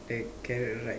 the carrot right